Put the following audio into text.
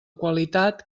qualitat